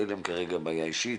אין להם בעיה אישית,